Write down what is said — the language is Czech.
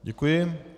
Děkuji.